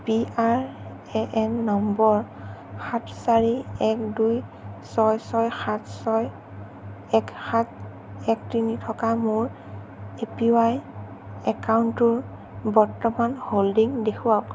P R A N number সাত চাৰি এক দুই ছয় ছয় সাত ছয় এক সাত এক তিনি থকা মোৰ এ পি ৱাই একাউণ্টটোৰ বৰ্তমান হল্ডিং দেখুৱাওক